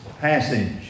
passage